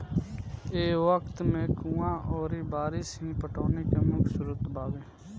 ए वक्त में कुंवा अउरी बारिस ही पटौनी के मुख्य स्रोत बावे